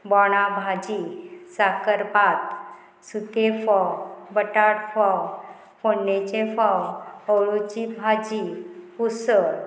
बोंडा भाजी साकरपात सुके फोव बटाट फोव फोणेंचे फोव हळूची भाजी कुसळ